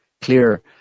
clear